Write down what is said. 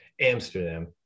Amsterdam